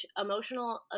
emotional